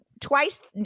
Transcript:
twice